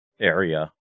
area